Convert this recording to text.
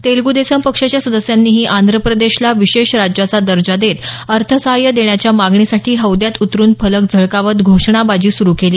तेलग् देसम पक्षाच्या सदस्यांनीही आंध्रप्रदेशला विशेष राज्याचा दर्जा देत अर्थसहाय्य देण्याच्या मागणीसाठी हौद्यात उतरून फलक झळकावत घोषणाबाजी सुरू केली